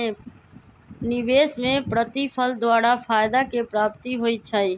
निवेश में प्रतिफल द्वारा फयदा के प्राप्ति होइ छइ